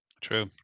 True